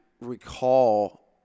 recall